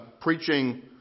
preaching